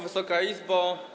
Wysoka Izbo!